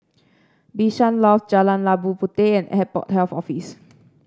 Bishan Loft Jalan Labu Puteh and Airport Health Office